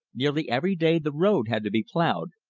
nearly every day the road had to be plowed,